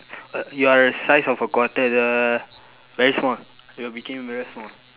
a you are a size of a quarter the very small you'll became very small